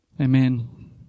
Amen